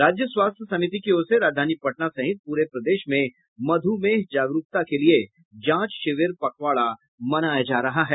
राज्य स्वास्थ्य समिति की ओर से राजधानी पटना सहित पूरे प्रदेश में मध्रमेह जागरूकता के लिये जांच शिविर पखवाड़ा मनाया जा रहा है